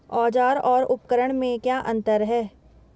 औज़ार और उपकरण में क्या अंतर है?